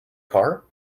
car